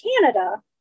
Canada